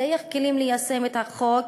לפתח כלים ליישם את החוק,